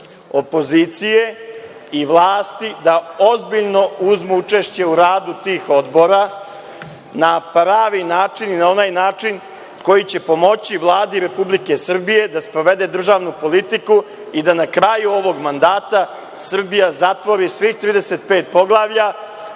opozicije i vlasti da ozbiljno uzmu učešće u radu tih odbora na pravi način i na onaj način koji će pomoći Vladi Republike Srbije da sprovede državnu politiku i da na kraju ovog mandata Srbija zatvori svih 35 poglavlja